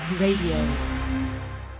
radio